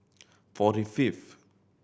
forty fifth